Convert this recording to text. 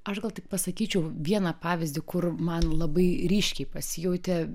aš gal tik pasakyčiau vieną pavyzdį kur man labai ryškiai pasijautė